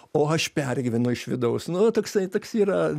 o aš pergyvenu iš vidaus nu toksai toks yra